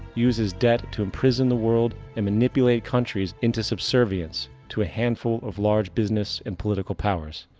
uses debt to imprison the world and manipulate countries into subservience to a handful of large business and political powers.